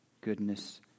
Goodness